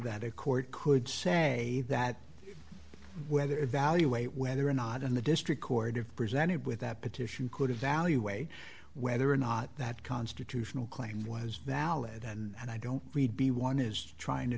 that a court could say that whether evaluate whether or not and the district court of presented with that petition could evaluate whether or not that constitutional claim was valid and i don't read be one is trying to